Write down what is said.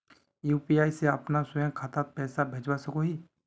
UPI से अपना स्वयं खातात पैसा भेजवा सकोहो ही?